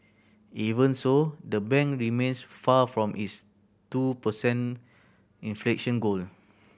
even so the bank remains far from its two per cent inflation goal